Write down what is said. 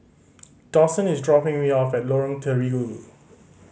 Dawson is dropping me off at Lorong Terigu